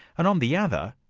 and on the other,